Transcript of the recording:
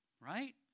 Right